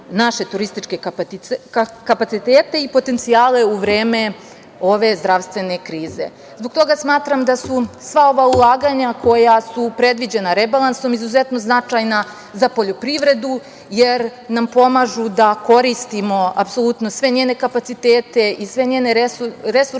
naše turističke kapacitete i potencijale u vreme ove zdravstvene krize. Zbog toga smatram da su sva ova ulaganja koja su predviđena rebalansom izuzetno značajna za poljoprivredu, jer nam pomažu da koristimo apsolutno sve njene kapacitet i sve njene resurse,